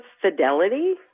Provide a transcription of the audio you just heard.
Fidelity